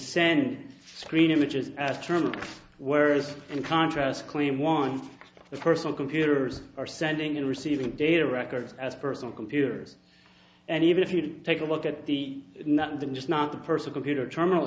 send screen images as terminal whereas in contrast clean want the personal computers are sending and receiving data records as personal computers and even if you take a look at the net than just not the person computer terminal